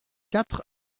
quatre